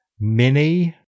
Mini